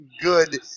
good